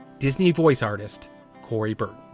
disney voice artist corey but